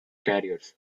carriers